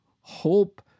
Hope